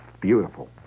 beautiful